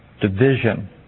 Division